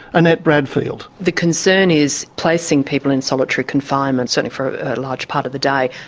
annette bradfield the concern is placing people in solitary confinement, certainly for a large part of the day,